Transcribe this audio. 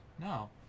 No